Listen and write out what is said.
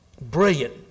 Brilliant